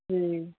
जी